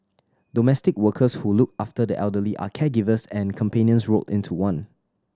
domestic workers who look after the elderly are caregivers and companions rolled into one